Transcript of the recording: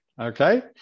okay